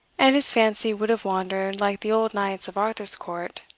and his fancy would have wandered like the old knights of arthur's court,